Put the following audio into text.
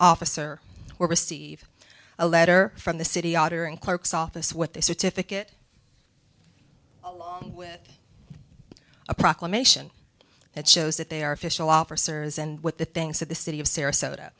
officer or receive a letter from the city auditor and clerk's office what they certificate with a proclamation that shows that they are official officers and with the things of the city of sarasota